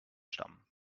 stammen